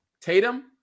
Tatum